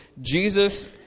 Jesus